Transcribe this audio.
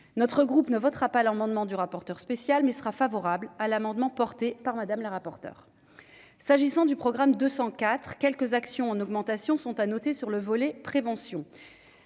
notre groupe ne votera pas l'amendement du rapporteur spécial, mais il sera favorable à l'amendement porté par Madame la rapporteure, s'agissant du programme 200 IV quelques actions en augmentation sont à noter sur le volet prévention